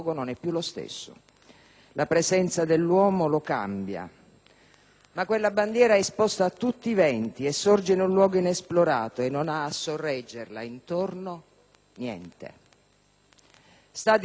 ma quella bandiera è esposta a tutti i venti e sorge in un luogo inesplorato e non ha, a sorreggerla, niente intorno. Sta, come direbbe il ministro Tremonti, in una terra incognita: appunto.